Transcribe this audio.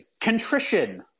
Contrition